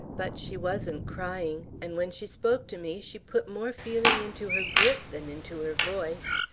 but she wasn't crying, and when she spoke to me, she put more feeling into her grip than into her voice.